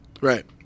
Right